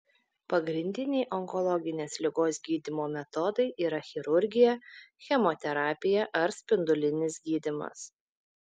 pagrindiniai onkologinės ligos gydymo metodai yra chirurgija chemoterapija ar spindulinis gydymas